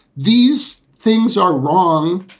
these things are wrong.